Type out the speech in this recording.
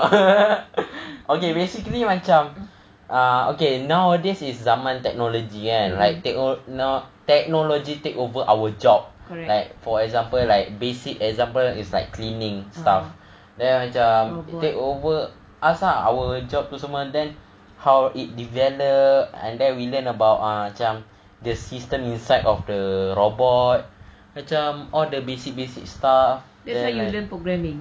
okay basically macam uh okay nowadays is zaman technology kan right techno~ technology take over our job like for example like basic example is like cleaning stuff then macam take over us our job tu semua how it developed and then we learn about err macam the system inside of the robot so macam all the basic basic stuff then I like